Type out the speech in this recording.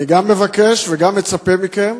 אני גם מבקש ואני גם מצפה מכם,